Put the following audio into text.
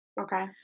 Okay